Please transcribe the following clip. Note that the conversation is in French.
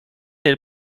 elle